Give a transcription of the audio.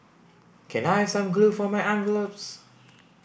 can I have some glue for my envelopes